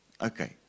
Okay